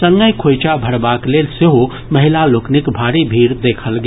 संगहि खोइंछा भरबाक लेल सेहो महिला लोकनिक भारी भीड़ देखल गेल